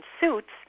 suits